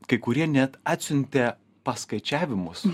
kai kurie net atsiuntė paskaičiavimus